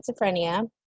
schizophrenia